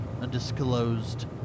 undisclosed